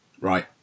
right